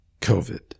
COVID